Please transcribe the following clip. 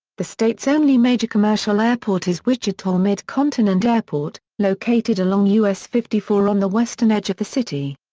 the state's only major commercial airport is wichita mid-continent airport, located along us fifty four on the western edge of the city.